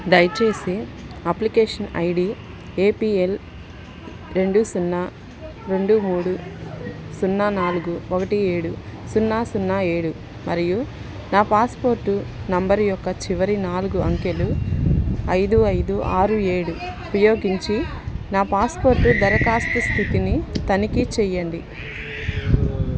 దయచేసి application ID APL రెండు సున్నా రెండు మూడు సున్నా నాలుగు ఒకటి ఏడు సున్నా సున్నా ఏడు మరియు నా పాస్పోర్టు నెంబర్ యొక్క చివరి నాలుగు అంకెలు ఐదు ఐదు ఆరు ఏడు ఉపయోగించి నా పాస్పోర్ట్ దరఖాస్తు స్థితిని తనిఖీ చేయండి